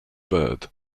bird